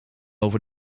over